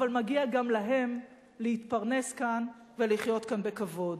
אבל מגיע גם להם להתפרנס כאן ולחיות כאן בכבוד.